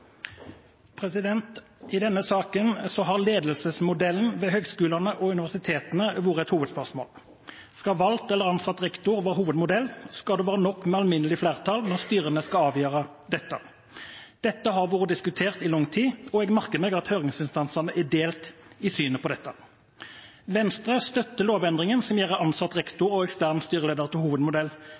universitetene vært hovedspørsmålet. Skal valgt eller ansatt rektor være hovedmodell? Skal det være nok med alminnelig flertall når styrene skal avgjøre dette? Dette har vært diskutert i lang tid, og jeg merker meg at høringsinstansene er delt i synet på dette. Venstre støtter lovendringen som gjør ansatt rektor og ekstern styreleder til hovedmodell